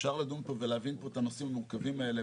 אפשר לדון פה ולהבין את הנושאים המורכבים האלה,